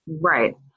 right